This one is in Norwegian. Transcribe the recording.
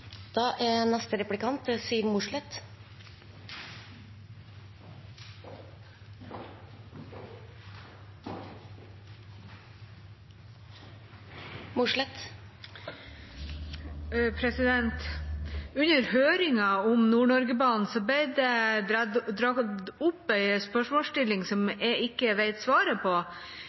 Under høringen om Nord-Norge-banen ble det dratt opp en spørsmålsstilling som jeg ikke vet svaret på.